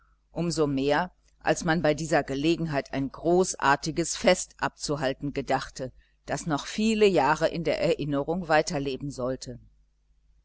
so mehr als man bei dieser gelegenheit ein großartiges fest abzuhalten gedachte das noch viele jahre in der erinnerung weiterleben sollte